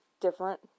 different